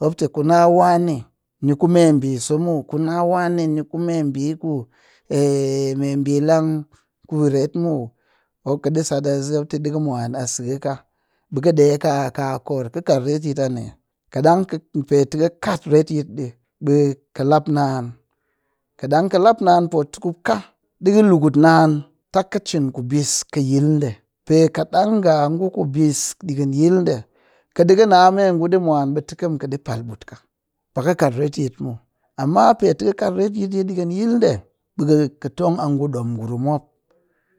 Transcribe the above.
mop tɨ kuna wani ni ku ɓiso muw kuna wani ni ku meɓi meɓi lang ku ret muw mop kɨ sat a sese mop, ɗikɨ mwan a sɨgkɨ ka ɓe ɗeka kaa koor kɨ kat retyit a nee. kaɗang pe tɨ kɨ kat retyit kuret ɗi ɓe ka lap naan, kaɗang kɨ lap naan potukup ka ɗikɨ lukut naan, tap kɨ cin kubis kɨ yil ɗe, pe kaɗang nga ngu ɓis yi yil ɗe kɨ ɗikɨ mwan tekkem kɨ ɗi pal mutka baka kat reyit muw. Amma pe ti kɨ kat retyit ɗi ɗikɨn yil ɗe ɓe kɨ tong a ɗom ngurum mop.